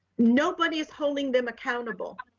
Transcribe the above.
nobody's holding them accountable.